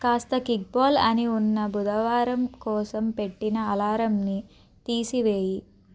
కాస్త కిక్బాల్ అని ఉన్న బుధవారం కోసం పెట్టిన అలారంని తీసివేయి